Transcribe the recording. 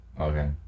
Okay